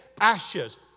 ashes